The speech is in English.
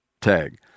tag